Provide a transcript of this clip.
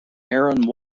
aaron